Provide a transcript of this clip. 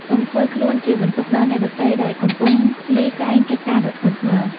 កុំធ្វើខ្លួនជាបន្ទុកដល់អ្នកដទៃដែលកំពុងលីសែងកិច្ចការដ៏ធ្ងន់ធ្ងរ។